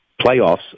playoffs